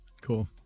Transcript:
Cool